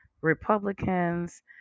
Republicans